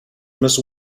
must